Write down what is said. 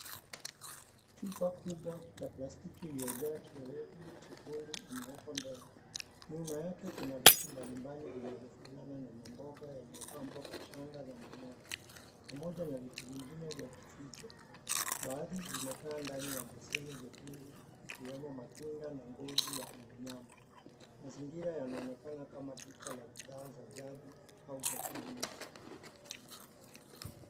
Chupa kubwa ya plastiki iliyojaa kiwevu chekundu limewekwa mbele ,nyuma yake kuna vitu mbalimbali vinavyofanana na mamboga yaliyopambwa kwa shangaa na manyoa, pamoja na vitu vingine vya kificho. Baadhi vimekaa ndani ya gesiani jekundu ikiwemo matunda na ngozi ya mnyama. Mazingira yanaonekana kama duka la bidhaa za jagi au za kienyeji.